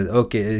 okay